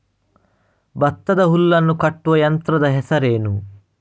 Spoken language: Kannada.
ಭತ್ತದ ಹುಲ್ಲನ್ನು ಕಟ್ಟುವ ಯಂತ್ರದ ಹೆಸರೇನು?